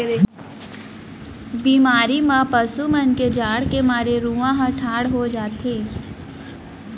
बेमारी म पसु मन के जाड़ के मारे रूआं ह ठाड़ हो जाथे